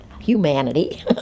humanity